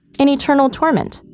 an eternal torment?